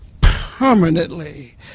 Permanently